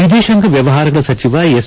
ವಿದೇಶಾಂಗ ವ್ಯವಹಾರಗಳ ಸಚಿವ ಎಸ್